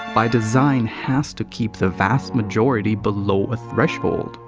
by design, has to keep the vast majority below a threshold,